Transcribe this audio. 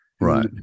Right